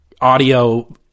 audio